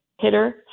hitter